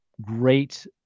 great